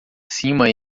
acima